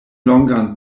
longan